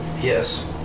Yes